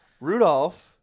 Rudolph